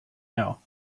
know